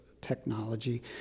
technology